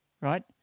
right